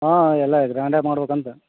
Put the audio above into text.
ಹಾಂ ಎಲ್ಲ ಗ್ರ್ಯಾಂಡಾಗಿ ಮಾಡಬೇಕಂತ